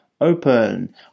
open